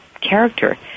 character